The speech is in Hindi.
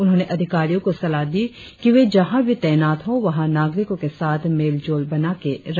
उन्होंने अधिकारियों को सलाह दी कि वे जहाँ भी तैनात होवहां नागरिकों के साथ मेलजोल बनाके रहे